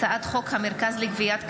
הצעת חוק המרכז לגביית קנסות,